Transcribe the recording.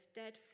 dead